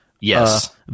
Yes